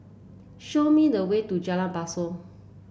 show me the way to Jalan Basong